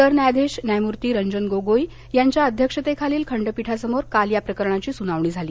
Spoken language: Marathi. सरन्यायाधीश न्यायमूर्ती रंजन गोगोई यांच्या अध्यक्षतेखालील खंडपीठासमोर काल या प्रकरणाची सुनावणी झाली